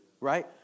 Right